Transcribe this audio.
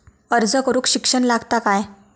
अर्ज करूक शिक्षण लागता काय?